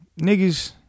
niggas